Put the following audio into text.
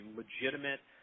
legitimate